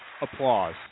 applause